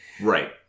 right